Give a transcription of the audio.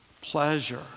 pleasure